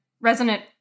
resonant